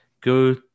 go